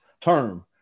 term